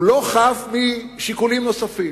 משיקולים נוספים.